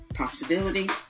possibility